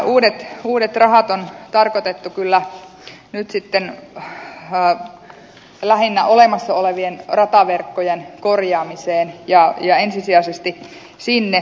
nämä uudet rahat on tarkoitettu kyllä nyt sitten lähinnä olemassa olevien rataverkkojen korjaamiseen ja ensisijaisesti sinne